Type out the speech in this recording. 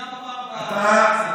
וגם בפעם הבאה אתה תצא.